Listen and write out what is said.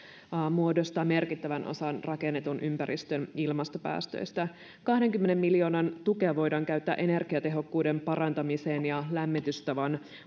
muodostaa merkittävän osan rakennetun ympäristön ilmastopäästöistä kahdenkymmenen miljoonan tukea voidaan käyttää energiatehokkuuden parantamiseen ja lämmitystavan